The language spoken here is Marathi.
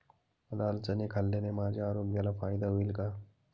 लाल चणे खाल्ल्याने माझ्या आरोग्याला फायदा होईल का?